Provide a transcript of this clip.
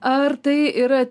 ar tai yra